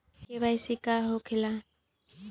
KYC का होखेला?